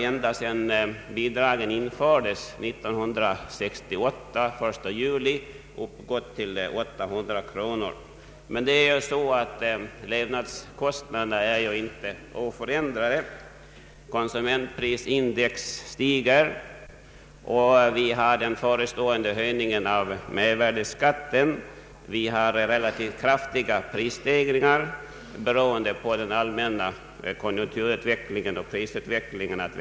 Ända sedan bidragen infördes den 1 juli 1968 har de uppgått till 800 kronor, men levnadskostnaderna har inte varit oförändrade. Konsumentprisindex stiger. Nu förestår en höjning av mervärdeskatten, och vi har att vänta relativt kraftiga prisstegringar som beror på den allmänna konjunkturutvecklingen.